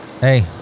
hey